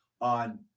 on